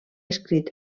escrit